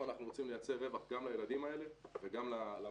אנחנו רוצים לייצר רווח גם לילדים האלה וגם למדינה.